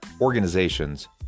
organizations